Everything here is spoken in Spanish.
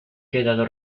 quedado